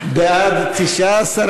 את הנושא לוועדת הפנים והגנת הסביבה נתקבלה.